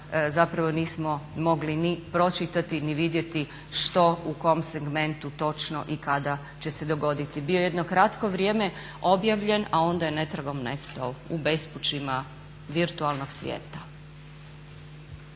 zapravo nismo mogli ni pročitati, ni vidjeti što u kom segmentu točno i kada će se dogoditi. Bio je jedno kratko vrijeme objavljen, a onda je netragom nestao u bespućima virtualnog svijeta.